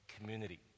community